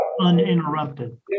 uninterrupted